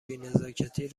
بینزاکتی